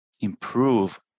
improve